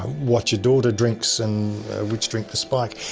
what your daughter drinks, and which drink to spike?